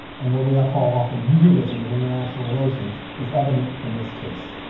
and what we all call often realism and international relations is evident from this case.